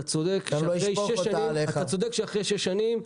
אתה צודק שאחרי שש שנים,